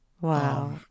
Wow